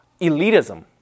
elitism